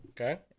Okay